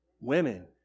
women